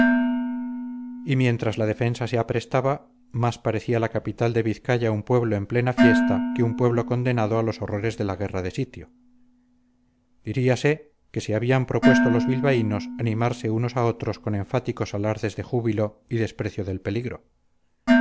y mientras a la defensa se aprestaba más parecía la capital de vizcaya un pueblo en plena fiesta que un pueblo condenado a los horrores de la guerra de sitio diríase que se habían propuesto los bilbaínos animarse unos a otros con enfáticos alardes de júbilo y desprecio del peligro